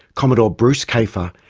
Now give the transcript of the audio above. commodore bruce kafer,